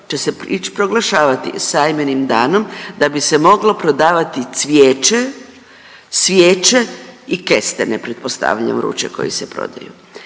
će se ići proglašavati sajmenim danom da bi se moglo prodavati cvijeće, svijeće i kestene, pretpostavljam, vruće koji se prodaju.